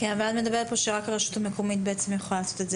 את מדברת על זה שרק הרשות המקומית יכולה לעשות את זה,